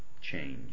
change